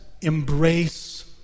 embrace